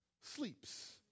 sleeps